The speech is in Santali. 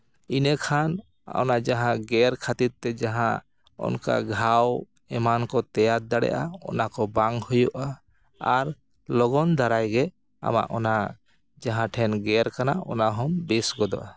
ᱤᱱᱟᱹ ᱠᱷᱟᱱ ᱚᱱᱟ ᱡᱟᱦᱟᱸ ᱜᱮᱨ ᱠᱷᱟᱹᱛᱤᱨ ᱛᱮ ᱡᱟᱦᱟᱸ ᱚᱱᱠᱟ ᱜᱷᱟᱣ ᱮᱢᱟᱱ ᱠᱚ ᱛᱮᱭᱟᱨ ᱫᱟᱲᱮᱜᱼᱟ ᱚᱱᱟ ᱠᱚ ᱵᱟᱝ ᱦᱩᱭᱩᱜᱼᱟ ᱟᱨ ᱞᱚᱜᱚᱱ ᱫᱷᱟᱨᱟᱭᱜᱮ ᱟᱢᱟᱜ ᱚᱱᱟ ᱡᱟᱦᱟᱸ ᱡᱟᱦᱟᱸᱴᱷᱮᱱ ᱜᱮᱨ ᱠᱟᱱᱟ ᱚᱱᱟ ᱦᱚᱸᱢ ᱵᱮᱥ ᱜᱚᱫᱚᱜᱼᱟ